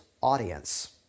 audience